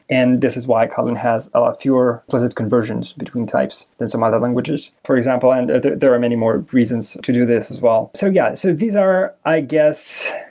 and this is why kotlin has ah fewer pleasant conversations between types and some other languages, for example, and there are many more reasons to do this as well. so yeah, so these are, i guess,